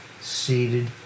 seated